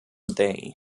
day